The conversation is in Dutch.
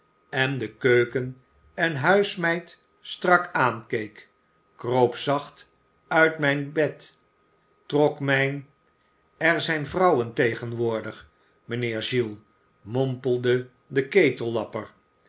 en de keuken en huismeid strak aankeek kroop zacht uit mijn bed trok mijn er zijn vrouwen tegenwoordig mijnheer giles mompelde de